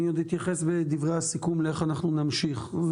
עוד אתייחס בדברי הסיכום איך אנחנו נמשיך.